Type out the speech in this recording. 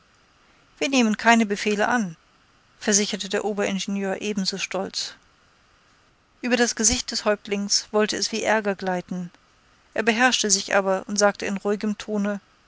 wir nehmen keine befehle an versicherte der oberingenieur ebenso stolz ueber das gesicht des häuptlings wollte es wie aerger gleiten er beherrschte sich aber und sagte in ruhigem tone